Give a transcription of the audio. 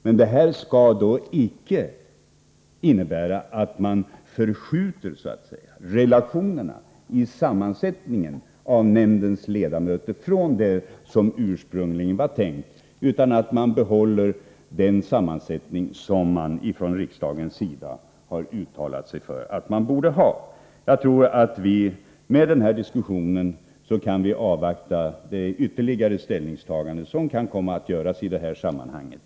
Men detta skall icke innebära att man så att säga förskjuter relationerna i sammansättningen av nämndens ledamöter från det som ursprungligen var tänkt, utan att nämnden behåller den sammansättning som riksdagen har uttalat att den bör ha. Jag tror att vi i och med denna diskussion kan avvakta det ytterligare ställningstagande som kan komma att göras i detta sammanhang.